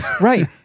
Right